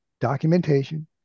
documentation